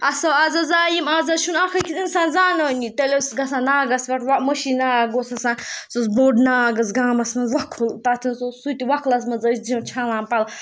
اَصٕل اَز حظ آے یِم اَز حظ چھُنہٕ اَکھ أکِس اِنسان زانٲنی تیٚلہِ ٲسۍ گژھان ناگَس پٮ۪ٹھ مٔشیٖد ناگ اوس آسان سُہ اوس بوٚڑ ناگ حظ گامَس منٛز وۄکھُل تَتھ حظ سُہ تہِ وۄکھلَس منٛز ٲسۍ چھَلان پَلو